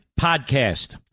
Podcast